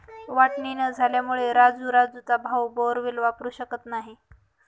वाटणी न झाल्यामुळे राजू राजूचा भाऊ बोअरवेल वापरू शकत नाही